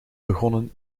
begonnen